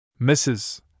Mrs